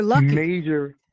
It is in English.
major